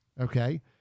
okay